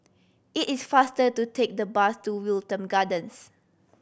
it is faster to take the bus to Wilton Gardens